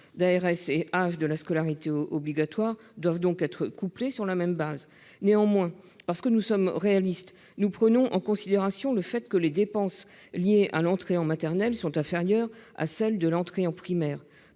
l'ARS et l'âge de la scolarité obligatoire doivent donc être couplés sur la même base. Néanmoins, parce que nous sommes réalistes, nous prenons en considération le fait que les dépenses liées à l'entrée en maternelle sont inférieures à celles qui résultent de l'entrée en primaire.